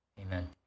Amen